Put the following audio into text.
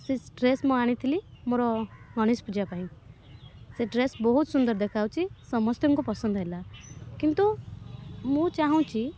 ସେ ଡ୍ରେସ୍ ମୁଁ ଆଣିଥିଲି ମୋର ଗଣେଶ ପୂଜା ପାଇଁ ସେ ଡ୍ରେସ୍ ବହୁତ ସୁନ୍ଦର ଦେଖାଯାଉଛି ସମସ୍ତଙ୍କୁ ପସନ୍ଦ ହେଲା କିନ୍ତୁ ମୁଁ ଚାହୁଁଛି